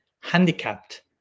handicapped